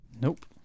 Nope